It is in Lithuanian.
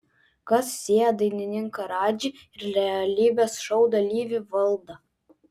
kas sieja dainininką radžį ir realybės šou dalyvį valdą